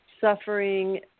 suffering